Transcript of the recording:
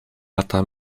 lata